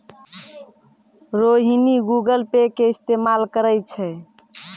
Rohini Google Pay के इस्तेमाल करै छै